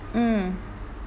mm